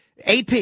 AP